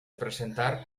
presentar